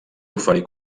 oferir